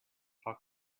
how